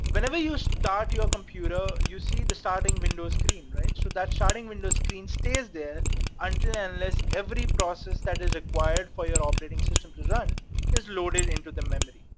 whenever you start your computer, you see the starting windows screen, right? so that starting windows screen stays there until, unless, every process that is required for you and operating system to run is loaded into the memory,